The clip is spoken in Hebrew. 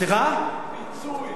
פיצוי, לא קנס.